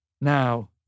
Now